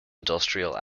industrial